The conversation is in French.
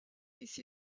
ici